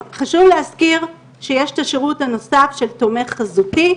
חשוב להזכיר שיש את השירות הנוסף של התומך החזותי.